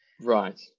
Right